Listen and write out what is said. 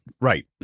right